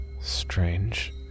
Strange